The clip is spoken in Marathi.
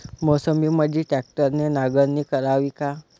मोसंबीमंदी ट्रॅक्टरने नांगरणी करावी का?